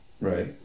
Right